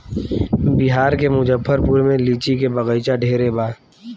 बिहार के मुजफ्फरपुर में लीची के बगइचा ढेरे बा